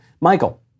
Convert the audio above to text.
Michael